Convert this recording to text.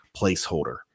placeholder